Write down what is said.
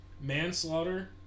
manslaughter